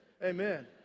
amen